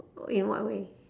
in what way